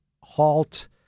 halt